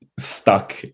stuck